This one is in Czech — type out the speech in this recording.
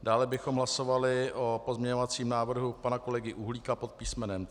Dále bychom hlasovali o pozměňovacím návrhu pana kolegy Uhlíka pod písmenem C.